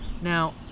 now